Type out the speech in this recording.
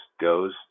goes